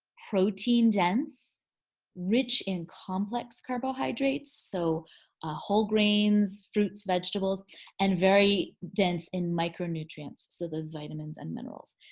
protein dense rich in complex carbohydrates so ah whole grains, fruits, vegetables and very dense in micronutrients. so those vitamins and minerals.